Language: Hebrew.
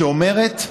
שאומרת: